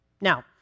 Now